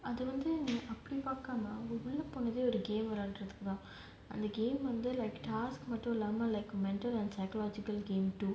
அது வந்து அப்பிடி பாக்காம உள்ள போனதே ஒரு:athu vanthu apidi paakama ulla ponathae oru game விளையாடுறதுக்கு தான் அந்த:vilaiyaadurathuku thaan antha game வந்து:vanthu like task பண்ணாம:pannaama like mental and psychological game too